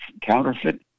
counterfeit